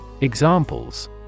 Examples